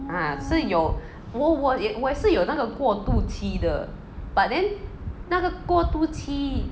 ah 是有我我我也是有那个过渡期的 but then 那个过渡期